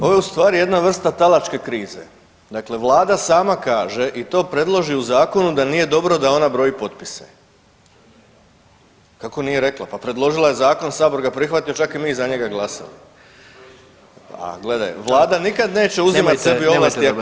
Ovo je u stvari jedna vrsta talačke krize, dakle vlada sama kaže i to predloži u zakonu da nije dobro da ona broji potpise. … [[Upadica iz klupe se ne razumije]] Kako nije rekla, pa predložila je zakon, sabor ga prihvatio, čak i mi za njega glasali. … [[Upadica iz klupe se ne razumije]] A gledaj, vlada nikad neće uzimat tebi ovlasti ako ne mora jel tako?